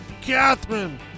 Catherine